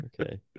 Okay